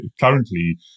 currently